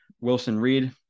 Wilson-Reed